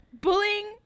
bullying